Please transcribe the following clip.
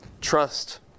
Trust